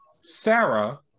sarah